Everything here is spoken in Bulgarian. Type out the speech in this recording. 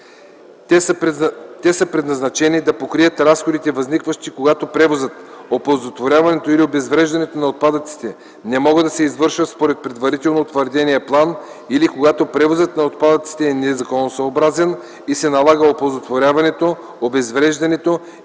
Те са предназначени да покрият разходите, възникващи когато превозите, оползотворяването или обезвреждането на отпадъците не могат да се извършват според предварително утвърдения план или когато превозът на отпадъците е незаконосъобразен и се налага оползотворяването, обезвреждането